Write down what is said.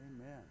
Amen